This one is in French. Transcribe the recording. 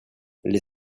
les